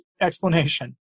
explanation